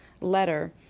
letter